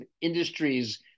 industries